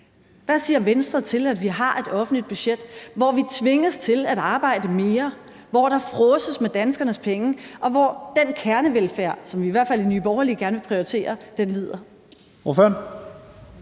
Hvad siger Venstre til, at vi har et offentligt budget, hvor vi tvinges til at arbejde mere, hvor der fråses med danskernes penge, og hvor den kernevelfærd, som vi i hvert fald i Nye Borgerlige gerne vil prioritere, lider?